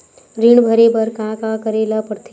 ऋण भरे बर का का करे ला परथे?